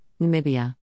Namibia